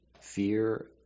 fear